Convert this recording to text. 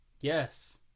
Yes